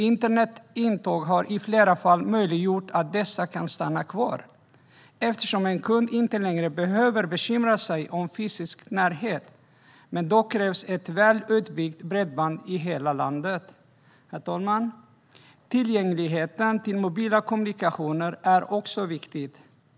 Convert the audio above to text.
Internets intåg har i flera fall möjliggjort att dessa kan stanna kvar eftersom en kund inte längre behöver bekymra sig om fysisk närhet. Men då krävs ett väl utbyggt bredband i hela landet. Herr talman! Tillgängligheten till mobila kommunikationer är också något som är viktigt.